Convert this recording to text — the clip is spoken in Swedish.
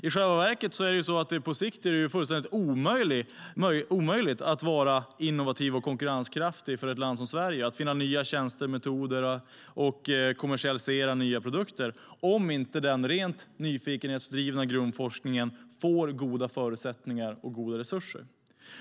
I själva verket är det på sikt fullständigt omöjligt för ett land som Sverige att vara innovativt och konkurrenskraftigt, finna nya tjänster och metoder och kommersialisera nya produkter om inte den rent nyfikenhetssdrivna grundforskningen får goda förutsättningar och goda resurser.